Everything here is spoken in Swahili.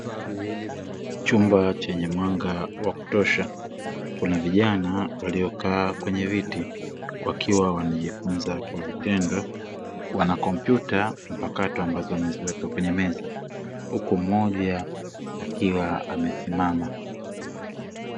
Chumba chenye mwanga wa kutosha kuna vijana waliokaa kwenye viti wakiwa wanajifunza kwa vitendo wana kompyuta mpakato ambazo wameziweka kwenye meza huko mmoja akiwa amesimama.